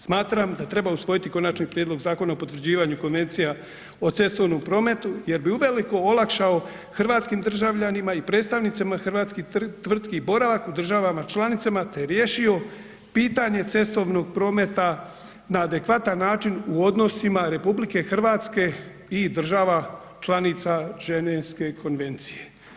Smatram da treba usvojiti Konačni prijedlog Zakona o potvrđivanju Konvencija o cestovnom prometu jer bi uveliko olakšao hrvatskim državljanima i predstavnicima hrvatskih tvrtki boravak u državama članicama te riješio pitanje cestovnog prometa na adekvatan način u odnosima RH i država članica Ženevske konvencije.